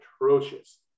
atrocious